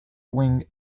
wing